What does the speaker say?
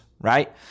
right